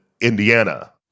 indiana